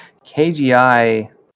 KGI